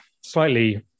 slightly